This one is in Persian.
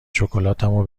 شکلاتمو